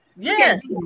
Yes